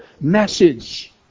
message